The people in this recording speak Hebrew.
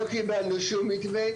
לא קיבלנו שום מתווה,